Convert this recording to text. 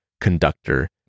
conductor